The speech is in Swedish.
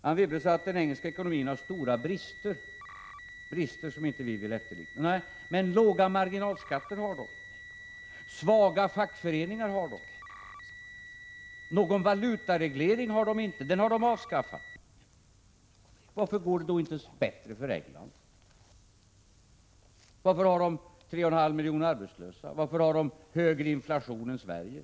Anne Wibble säger att den engelska ekonomin har stora brister som vi inte vill ha. Nej, men där har man låga marginalskatter och svaga fackföreningar, och där har valutaregleringen avskaffats. Varför går det då inte bättre för England? Varför är 3,5 miljoner människor arbetslösa? "Varför är inflationen högre där än i Sverige?